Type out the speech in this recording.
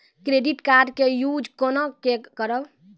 Credit card के use कोना के करबऽ?